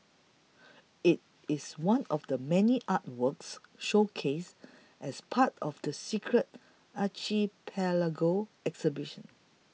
it is one of the many artworks showcased as part of the Secret Archipelago exhibition